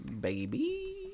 Baby